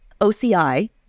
OCI